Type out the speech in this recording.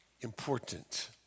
important